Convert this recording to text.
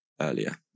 earlier